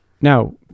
now